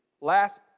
last